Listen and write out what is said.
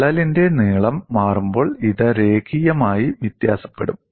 വിള്ളലിന്റെ നീളം മാറുമ്പോൾ ഇത് രേഖീയമായി വ്യത്യാസപ്പെടും